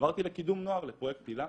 ועברתי לקידום נוער, לפרויקט הילה,